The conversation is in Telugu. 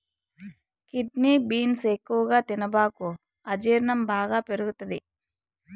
కిడ్నీ బీన్స్ ఎక్కువగా తినబాకు అజీర్ణం బాగా పెరుగుతది